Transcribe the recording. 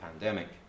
pandemic